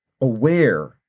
aware